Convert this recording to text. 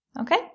Okay